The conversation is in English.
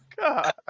God